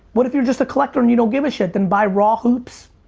what if you're just a collector and you don't give a shit? then buy raw hoops.